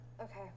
Okay